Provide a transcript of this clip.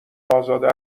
ازاده